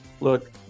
Look